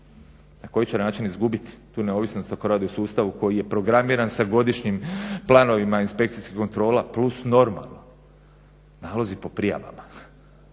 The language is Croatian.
Na koji će način izgubiti tu neovisnost ako rade u sustavu koji je programiran sa godišnjim planovima inspekcijskih kontrola plus normama? Nalozi po prijavama.